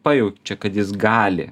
pajaučia kad jis gali